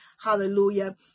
Hallelujah